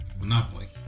Monopoly